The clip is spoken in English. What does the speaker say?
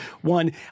One